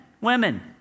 women